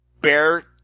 bear